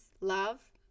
love